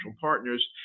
partners